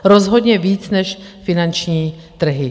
Rozhodně víc než finanční trhy.